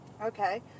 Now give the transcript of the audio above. okay